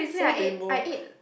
so bimbo